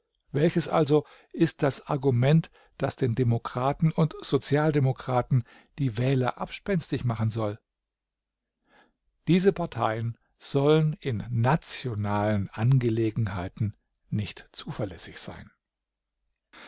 welches also ist das argument das den demokraten und sozialdemokraten die wähler abspenstig machen soll diese parteien sollen in nationalen angelegenheiten nicht zuverlässig sein